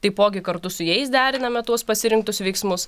taipogi kartu su jais deriname tuos pasirinktus veiksmus